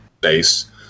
base